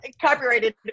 copyrighted